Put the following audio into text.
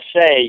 say